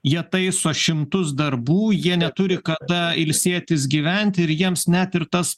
jie taiso šimtus darbų jie neturi kada ilsėtis gyventi ir jiems net ir tas